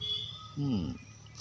ᱦᱮᱸ